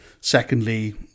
secondly